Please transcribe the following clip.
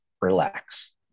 relax